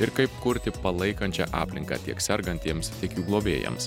ir kaip kurti palaikančią aplinką tiek sergantiems tiek jų globėjams